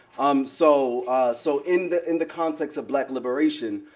um so so in the in the context of black liberation,